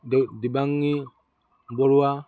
Dibangi Barua